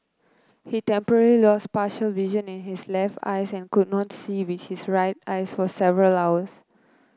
he temporarily lost partial vision in his left eye and could not see with his right eye for several hours